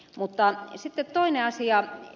mutta sitten toinen asia